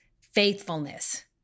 faithfulness